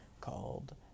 called